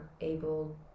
able